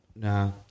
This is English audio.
Nah